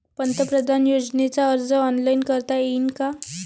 पंतप्रधान योजनेचा अर्ज ऑनलाईन करता येईन का?